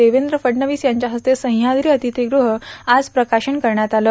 देवेंद्र फडणवीस यांच्या हस्ते सझाव्री अतिथीगृह इथं आज प्रकाशन करण्यात आलं